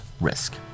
risk